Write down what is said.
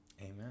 Amen